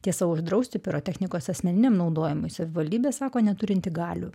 tiesa uždrausti pirotechnikos asmeniniam naudojimui savivaldybė sako neturinti galių